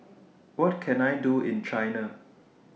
What Can I Do in China